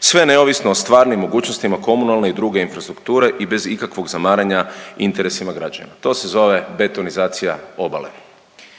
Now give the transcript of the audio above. sve neovisno o stvarnim mogućnostima komunalne i druge infrastrukture i bez ikakvog zamaranja interesima građana. To se zove betonizacija obale.